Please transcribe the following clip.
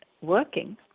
working